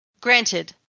Granted